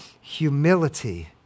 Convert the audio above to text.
humility